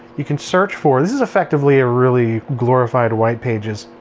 you can search for this is effectively a really glorified whitepages.